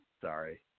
Sorry